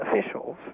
officials